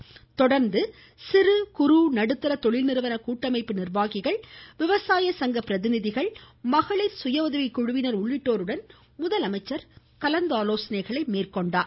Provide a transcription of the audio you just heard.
அதனை தொடர்ந்து சிறு குறு நடுத்தர தொழில் நிறுவன கூட்டமைப்பு நிர்வாகிகள் விவசாய சங்க பிரதிநிதிகள் மகளிர் சுய உதவிக்குழுவினர் உள்ளிட்டோருடன் முதலமைச்சர் கலந்தாலோசனை மேற்கொண்டார்